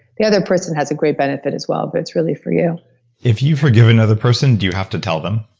the other person has a great benefit as well, but it's really for you if you forgive another person do you have to tell them?